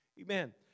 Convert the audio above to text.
Amen